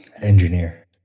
Engineer